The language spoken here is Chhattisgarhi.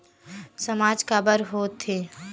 सामाज काबर हो थे?